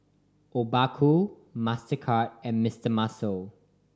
Obaku Mastercard and Mister Muscle